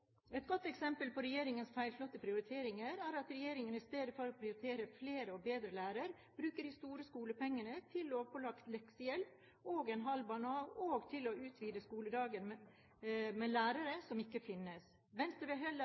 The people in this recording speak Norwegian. Et godt eksempel på regjeringens feilslåtte prioriteringer er at regjeringen i stedet for å prioritere flere og bedre lærere, bruker de store skolepengene til lovpålagt leksehjelp og en halv banan, og til å utvide skoledagen med lærere som ikke finnes.